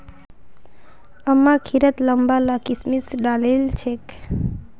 अम्मा खिरत लंबा ला किशमिश डालिल छेक